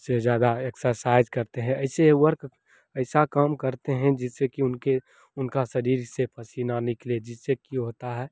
सबसे ज़्यादा एक्सरसाइज करते हैं ऐसे वर्क ऐसा काम करते हैं जिससे कि उनके उनका शरीर से पसीना निकल जिससे कि होता है